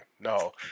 No